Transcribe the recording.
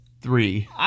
three